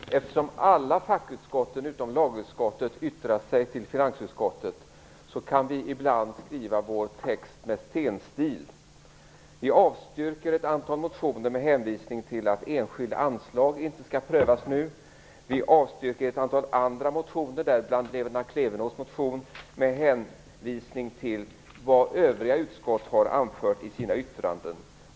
Fru talman! Eftersom alla fackutskotten utom lagutskottet yttrat sig till finansutskottet kan vi ibland skriva vår text med "stenstil". Vi avstryker ett antal motioner med hänvisning till att enskilda anslag inte skall prövas nu. Vi avstyrker ett antal andra motioner, däribland Lena Klevenås motion, med hänvisning till vad övriga utskott har anfört i sina yttranden.